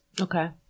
Okay